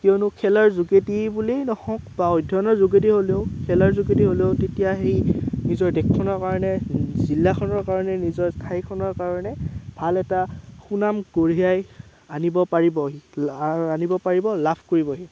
কিয়নো খেলৰ যোগেদিয়ে বুলি নহওক বা অধ্যয়নৰ যোগেদি হ'লেও খেলৰ যোগেদি হ'লেও তেতিয়া সেই নিজৰ দেশখনৰ কাৰণে জিলাখনৰ কাৰণে নিজৰ ঠাইখনৰ কাৰণে ভাল এটা সুনাম কঢ়িয়াই আনিব পাৰিব আনিব পাৰিব লাভ কৰিব সি